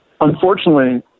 Unfortunately